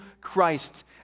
Christ